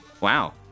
Wow